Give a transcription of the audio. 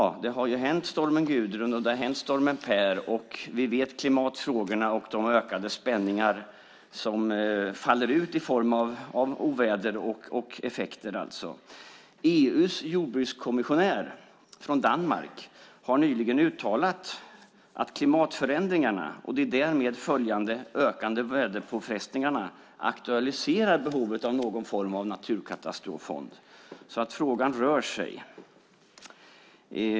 Det har hänt stormen Gudrun, och det har hänt stormen Per. Vi känner till klimatfrågorna och de ökade spänningar som faller ut i form av oväder och andra effekter. EU:s jordbrukskommissionär från Danmark har nyligen uttalat att klimatförändringarna och de därmed följande ökande väderpåfrestningarna aktualiserar behovet av någon form av naturkatastroffond. Frågan rör sig.